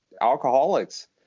alcoholics